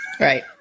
Right